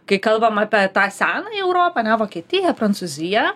kai kalbam apie tą senąją europą ane vokietiją prancūziją